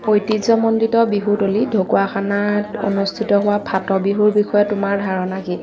ঐতিহ্যমণ্ডিত বিহুতলী ঢকুৱাখানাত অনুষ্ঠিত হোৱা ফাটবিহুৰ বিষয়ে তোমাৰ ধাৰণা কি